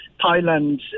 Thailand